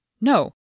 No